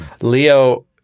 Leo